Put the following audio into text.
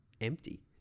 empty